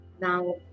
now